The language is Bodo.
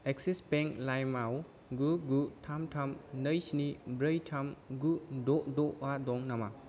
एक्सिस बेंक लाइमआव गु गु थाम थाम नै स्नि ब्रै थाम गु द' द' आ दं नामा